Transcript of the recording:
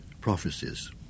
prophecies